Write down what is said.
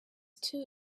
two